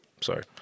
Sorry